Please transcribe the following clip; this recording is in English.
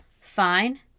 Fine